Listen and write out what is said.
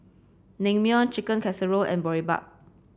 Naengmyeon Chicken Casserole and Boribap